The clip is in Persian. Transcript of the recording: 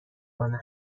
کنم